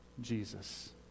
Jesus